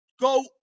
go